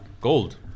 gold